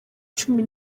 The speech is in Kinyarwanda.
cumi